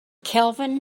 kelvin